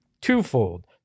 twofold